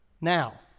Now